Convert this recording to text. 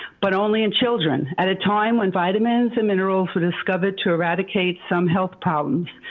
but only in children at a time when vitamins and minerals were discovered to eradicate some health problems.